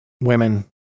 women